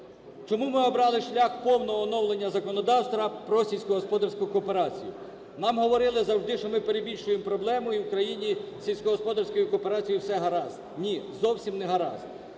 Чому ми обрали шлях повного оновлення законодавства про сільськогосподарську кооперацію? Нам говорили завжди, що ми перебільшуємо проблему і в Україні з сільськогосподарською кооперацією все гаразд. Ні, зовсім не гаразд.